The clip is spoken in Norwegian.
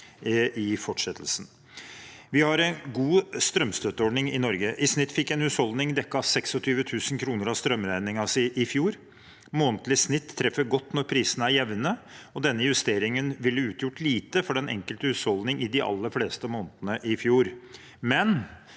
Vi har en god strømstøtteordning i Norge. I snitt fikk en husholdning dekket 26 000 kr av strømregningen sin i fjor. Månedlig snitt treffer godt når prisene er jevne. Denne justeringen ville utgjort lite for den enkelte husholdning i de aller fleste månedene i fjor,